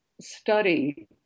study